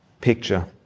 picture